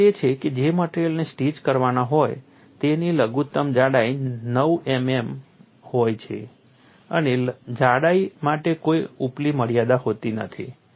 જરૂરિયાત એ છે કે જે મટેરીઅલને સ્ટીચ કરવાના હોય તેની લઘુત્તમ જાડાઈ 9 મીમી હોય છે અને જાડાઈ માટે કોઈ ઉપલી મર્યાદા હોતી નથી